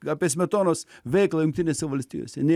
apie apie smetonos veiklą jungtinėse valstijose nei